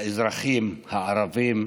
לאזרחים הערבים,